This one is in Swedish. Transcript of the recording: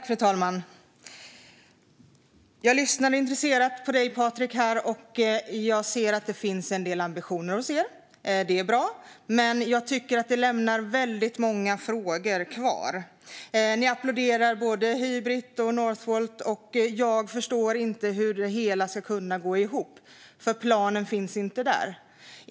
Fru talman! Jag lyssnade intresserat på dig, Patrik, här, och jag ser att det finns en del ambitioner hos er. Det är bra. Men jag tycker att det lämnar väldigt många frågor kvar. Ni applåderar både Hybrit och Northvolt. Jag förstår inte hur det hela ska kunna gå ihop, för planen finns inte där.